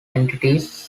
entities